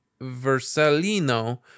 Versalino